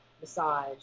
massage